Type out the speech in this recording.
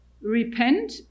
repent